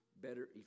better